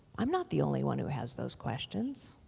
i'm not the only one who has those questions.